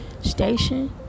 station